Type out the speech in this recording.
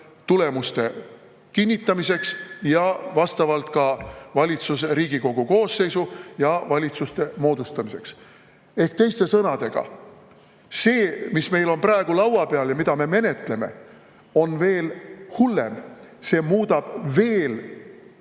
tulemuste kinnitamiseks ja vastavalt ka Riigikogu koosseisu ja valitsuse moodustamiseks. Ehk teiste sõnadega: see, mis meil on praegu laua peal ja mida me menetleme, on veel hullem. See muudab e‑valimised